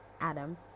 Adam